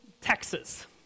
Texas